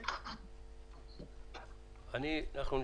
בבקשה.